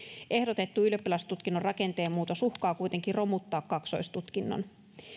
ehdotettu ylioppilastutkinnon rakenteen muutos uhkaa kuitenkin romuttaa kaksoistutkinnon